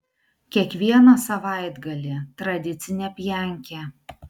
kiekvieną savaitgalį tradicinė pjankė